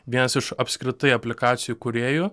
vienas iš apskritai aplikacijų kūrėjų